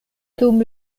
dum